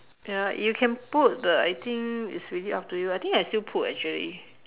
ya you can put but I think it's really up to you I think I still put actually